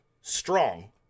strong